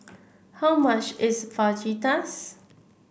how much is Fajitas